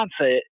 mindset